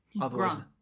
Otherwise